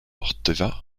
orteva